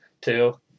Two